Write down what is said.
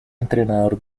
entrenador